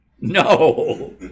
no